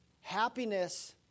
happiness